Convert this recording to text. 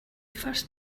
first